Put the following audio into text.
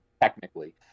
Technically